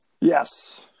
Yes